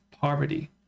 poverty